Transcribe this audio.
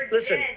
Listen